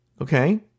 Okay